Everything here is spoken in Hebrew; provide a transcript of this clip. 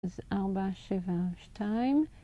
אז ארבע שבע שתיים.